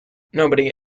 nobody